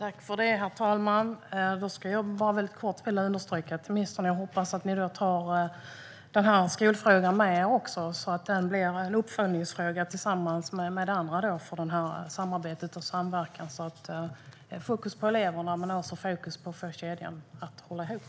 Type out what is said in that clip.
Herr talman! Jag vill understryka att jag hoppas att ministern och regeringen tar med sig också skolfrågan, så att den blir en uppföljningsfråga tillsammans med det andra när det gäller samarbetet och samverkan. Det ska vara fokus på eleverna men också på att få kedjan att hålla ihop.